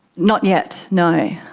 not yet, no.